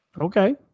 Okay